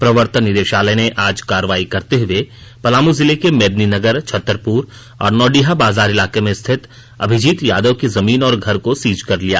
प्रवर्तन निदेशालय ने आज कार्रवाई करते हुए पलामू जिले के मेदिनीनगर छत्तरपुर और नौडीहाबाजार इलाके में स्थित अभिजीत यादव की जमीन और घर को सीज कर लिया